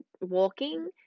walking